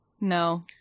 No